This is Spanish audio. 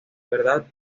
verdad